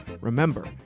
Remember